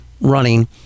running